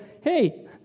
hey